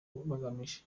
bagamije